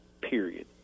period